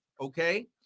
okay